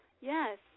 Yes